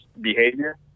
behavior